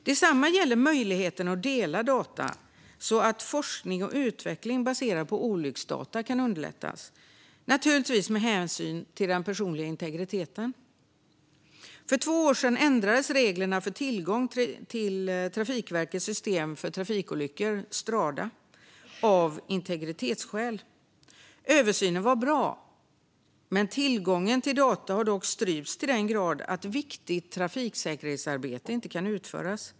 Detsamma gäller möjligheten att dela data, så att forskning och utveckling baserad på olycksdata kan underlättas, naturligtvis med hänsyn till den personliga integriteten. För två år sedan ändrades reglerna för tillgång till Trafikverkets system för trafikolyckor, Strada, av integritetsskäl. Översynen var bra, men tillgången till data har dock strypts till den grad att viktigt trafiksäkerhetsarbete inte kan utföras.